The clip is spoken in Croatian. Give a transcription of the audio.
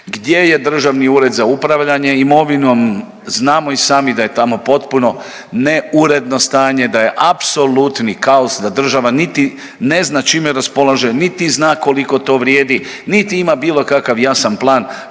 gdje je Državni ured za upravljanje imovinom? Znamo i sami da je tamo potpuno neuredno stanje, da je apsolutni kaos, da država niti ne zna čime raspolaže, niti zna koliko to vrijedi, niti ima bilo kakav jasan plan